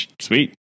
sweet